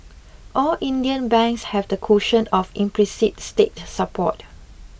all Indian banks have the cushion of implicit state support